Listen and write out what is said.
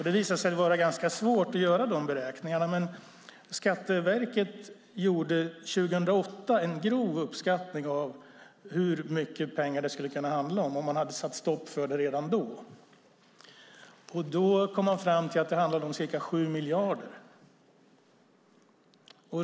Det visade sig vara ganska svårt att göra dessa beräkningar, men Skatteverket gjorde 2008 en grov uppskattning av hur mycket pengar det skulle kunna handla om ifall man hade satt stopp för det redan då. Skatteverket kom fram till att det handlade om ca 7 miljarder.